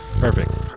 Perfect